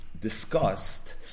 discussed